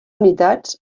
unitats